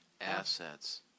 assets